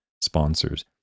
sponsors